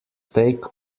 take